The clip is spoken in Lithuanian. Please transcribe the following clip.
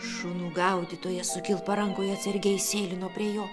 šunų gaudytoja su kilpa rankoje atsargiai sėlino prie jo